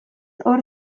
hor